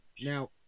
Now